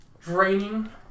draining